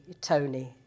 Tony